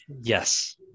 yes